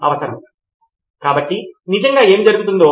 కనుక ఇది ఆ రిపోజిటరీలోకి వెళుతుంది